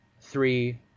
three